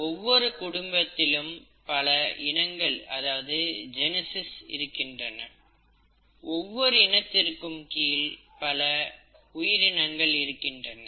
ஒவ்வொரு குடும்பத்திலும் பல இனங்கள் இருக்கின்றன ஒவ்வொரு இனத்திற்கு கீழும் பல உயிரினங்கள் இருக்கின்றன